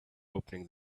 opening